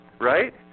right